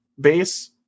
base